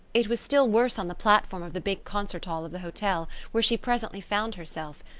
it was still worse on the platform of the big concert hall of the hotel, where she presently found herself.